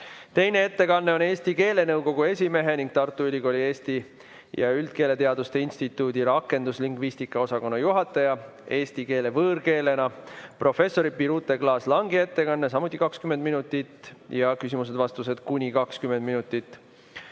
Teine ettekanne on Eesti keelenõukogu esimehe ning Tartu Ülikooli eesti ja üldkeeleteaduste instituudi rakenduslingvistika osakonna juhataja, eesti keele võõrkeelena professori Birute Klaas-Langi ettekanne, samuti 20 minutit, ja küsimused-vastused kuni 20 minutit.